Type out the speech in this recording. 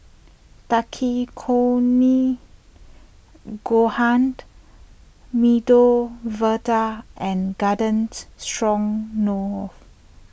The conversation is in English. Takikomi Gohan Medu Vada and Garden Stroganoff